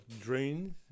drains